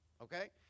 okay